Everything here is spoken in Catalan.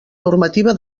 normativa